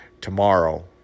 tomorrow